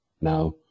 Now